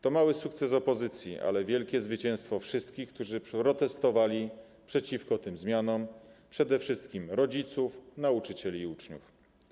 To mały sukces opozycji, ale wielkie zwycięstwo wszystkich, którzy protestowali przeciwko tym zmianom, przede wszystkim rodziców, nauczycieli i uczniów.